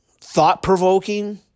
thought-provoking